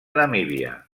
namíbia